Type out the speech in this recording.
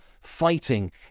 fighting